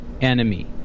enemy